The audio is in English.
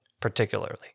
particularly